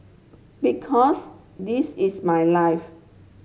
because this is my life